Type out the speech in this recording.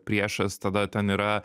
priešas tada ten yra